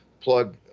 plug